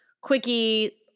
quickie